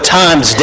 times